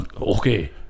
Okay